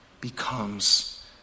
becomes